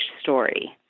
story